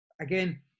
again